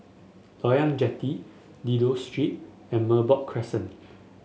Loyang Jetty Dido Street and Merbok Crescent